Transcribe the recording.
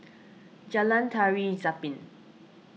Jalan Tari Zapin